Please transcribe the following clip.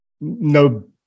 no